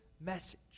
message